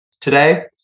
Today